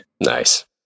Nice